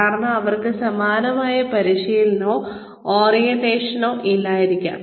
കാരണം അവർക്ക് സമാനമായ പരിശീലനമോ ഓറിയന്റേഷനോ ഇല്ലായിരിക്കാം